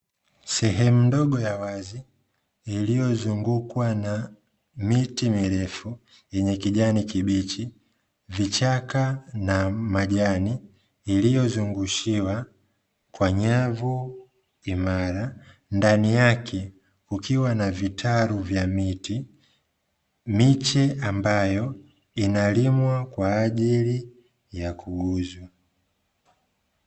Sehemu ndogo ya wazi, iliozungukwa na miti mirefu yenye kijani kibichi, vichaka na majani, iliozungushiwa kwa nyavu imara, ndani yake kukiwa vitalu vya miti. miche ambayo inalimwa kwa ajili ya kuuzwa.